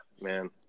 man